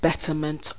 betterment